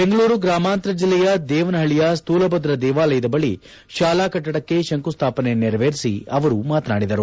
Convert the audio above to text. ಬೆಂಗಳೂರು ಗ್ರಾಮಾಂತರ ಜಿಲ್ಲೆಯ ದೇವನಹಳ್ಳಿಯ ಸ್ಕೂಲಭದ್ರ ದೇವಾಲಯದ ಬಳಿ ತಾಲಾ ಕಟ್ಟಡಕ್ಕೆ ಶಂಕುಸ್ಥಾಪನೆ ನೆರವೇರಿಸಿ ಅವರು ಮಾತನಾಡಿದರು